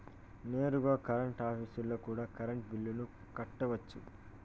నేరుగా కరెంట్ ఆఫీస్లో కూడా కరెంటు బిల్లులు కట్టొచ్చు